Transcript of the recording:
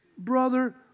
Brother